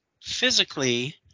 physically